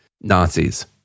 Nazis